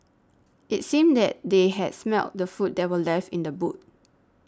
it seemed that they had smelt the food that were left in the boot